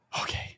Okay